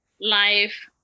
life